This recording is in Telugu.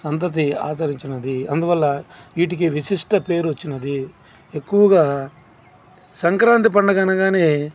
సంతతి ఆచరించినది అందువల్ల వీటికి విశిష్ట పేరు వచ్చినది ఎక్కువగా సంక్రాంతి పండగ అనగానే